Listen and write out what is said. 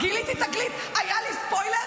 גיליתי תגלית, היה לי ספוילר.